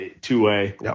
two-way